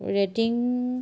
rating